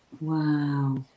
Wow